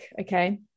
okay